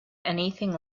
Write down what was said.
anything